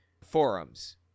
forums